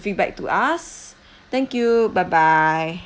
feedback to us thank you bye bye